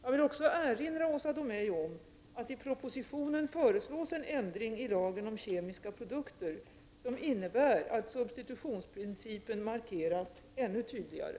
Jag vill också erinra Åsa Domeij om att det i propositionen föreslås en ändring i lagen om kemiska produkter som innebär att substitutionsprincipen markeras ännu tydligare.